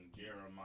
Jeremiah